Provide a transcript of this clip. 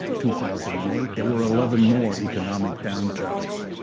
two thousand and eight, there were eleven more economic downturns.